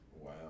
Wow